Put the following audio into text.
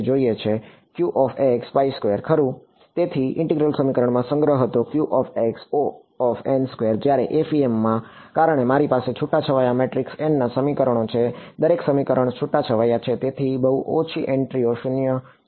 ખરું તેથી ઈન્ટિગરલ સમીકરણોમાં સંગ્રહ હતો જ્યારે FEM માં કારણ કે મારી પાસે છૂટાછવાયા મેટ્રિક્સ n સમીકરણો છે દરેક સમીકરણ છૂટાછવાયા છે એટલે બહુ ઓછી એન્ટ્રીઓ શૂન્ય છે